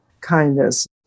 kindness